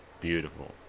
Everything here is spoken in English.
Beautiful